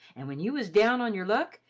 and when you was down on your luck,